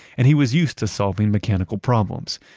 and he was used to solving mechanical problems.